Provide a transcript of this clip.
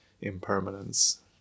impermanence